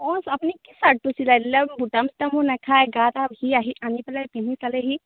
অঁ আপুনি কি চাৰ্টটো চিলাই দিলে বুটাম চুটামো নেখায় গাত আনি পেলাই পিন্ধি চালেহি